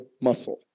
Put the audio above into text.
muscle